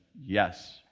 yes